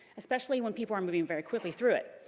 especially when people are moving very quickly through it.